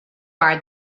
are